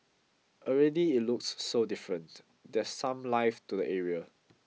already it looks so different there's some life to the area